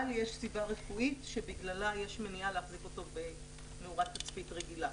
אבל יש סיבה רפואית שבגללה יש מניעה להחזיק אותו במאורת תצפית רגילה.